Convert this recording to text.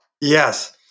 Yes